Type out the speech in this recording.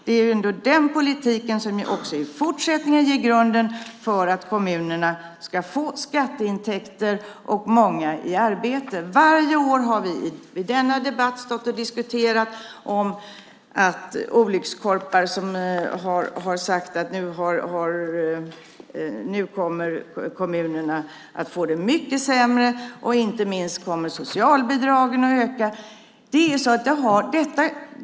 Det är den politiken som också i fortsättningen lägger grunden för att kommunerna ska få skatteintäkter och många i arbete. Varje år i denna debatt har olyckskorpar sagt att nu kommer kommunerna att få det mycket sämre och att behoven av socialbidrag kommer att öka.